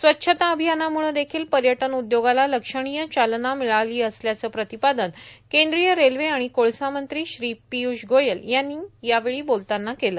स्वच्छता अभियानामुळं देखील पर्यटन उद्योगाला लक्षणीय चालना मिळाली असल्याचं प्रतिपादन केंद्रीय रेल्वे आणि कोळसा मंत्री श्री पियूष गोयल यांनी यावेळी बोलताना केलं